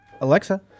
Alexa